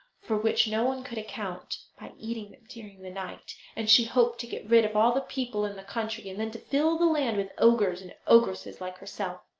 for which no one could account, by eating them during the night, and she hoped to get rid of all the people in the country, and then to fill the land with ogres and ogresses like herself.